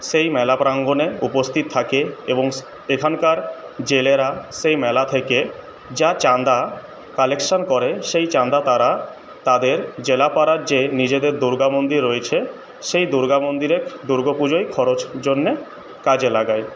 সেই মেলা প্রাঙ্গণে উপস্থিত থাকে এবং এখানকার জেলেরা সেই মেলা থেকে যা চাঁদা কালেকশান করে সেই চাঁদা তারা তাদের জেলাপাড়ার যে নিজেদের দুর্গা মন্দির রয়েছে সেই দুর্গা মন্দিরে দুর্গো পুজোয় খরচের জন্য কাজে লাগায়